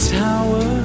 tower